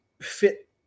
fit